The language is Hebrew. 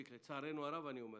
לצערנו הרב אני אומר,